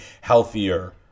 healthier